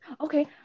Okay